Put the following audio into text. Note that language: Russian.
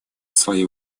свои